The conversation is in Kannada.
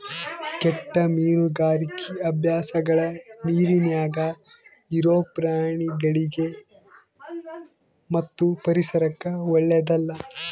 ಕೆಟ್ಟ ಮೀನುಗಾರಿಕಿ ಅಭ್ಯಾಸಗಳ ನೀರಿನ್ಯಾಗ ಇರೊ ಪ್ರಾಣಿಗಳಿಗಿ ಮತ್ತು ಪರಿಸರಕ್ಕ ಓಳ್ಳೆದಲ್ಲ